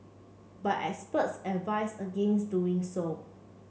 but experts advise against doing so